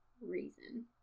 reason